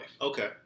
Okay